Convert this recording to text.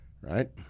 right